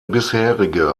bisherige